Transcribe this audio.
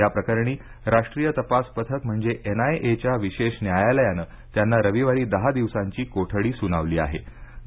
या प्रकरणी राष्ट्रीय तपास पथक म्हणजे एनआयएच्या विशेष न्यायालयानं त्यांना रविवारी दहा दिवसांची कोठडी सूनावली होती